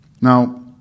Now